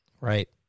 Right